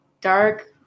dark